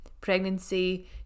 pregnancy